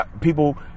people